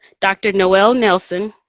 dr. noele nelson,